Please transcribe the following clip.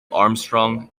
armstrong